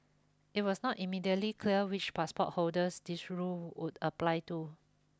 it was not immediately clear which passport holders this rule would apply to